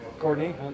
Courtney